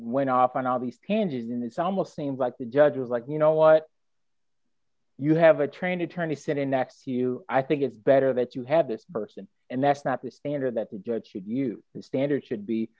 went off on all these pansies in this almost seems like the judge is like you know what you have a trained attorney sitting next to you i think it's better that you have this person and that's not the standard that the judge should use the standard should be